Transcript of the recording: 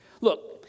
Look